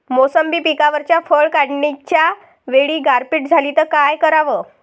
मोसंबी पिकावरच्या फळं काढनीच्या वेळी गारपीट झाली त काय कराव?